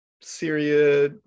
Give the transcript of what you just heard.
Syria